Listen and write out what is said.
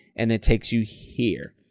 and it takes you here.